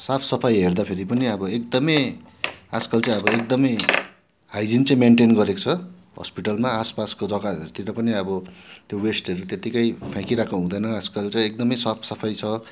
साफ सफाइ हेर्दा फेरि पनि अब एकदम आजकल चाहिँ अब एकदम हाइजिन चाहिँ मेन्टेन गरेको छ हस्पिटलमा आस पासको जगाहरूतिर पनि अब त्यो वेस्टहरू त्यतिकै फ्याँकिरहेको हुँदैन आजकल चाहिँ एकदम साफ सफाइ छ